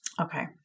Okay